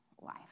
life